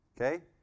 Okay